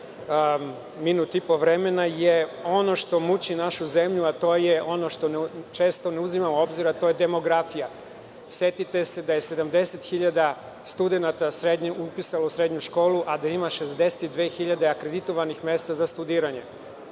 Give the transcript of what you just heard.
minut i po vremena na ono što muči našu zemlju, a to je ono što često ne uzimamo u obzir, a to je demografija. Setite se da je 70.000 studenata upisano u srednju školu, a da ima 62.000 akreditovanih mesta za studiranje.